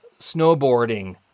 snowboarding